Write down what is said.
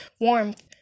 warmth